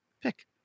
pick